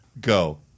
Go